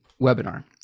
webinar